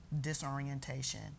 disorientation